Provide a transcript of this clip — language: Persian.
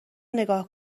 نگاه